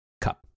cup